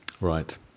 Right